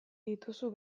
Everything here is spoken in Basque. dituzu